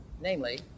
namely